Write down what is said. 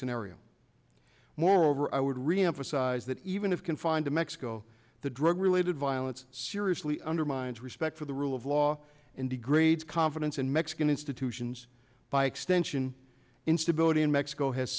scenario moreover i would reemphasize that even if confined to mexico the drug related violence seriously undermines respect for the rule of law and degrades confidence in mexican institutions by extension instability in mexico has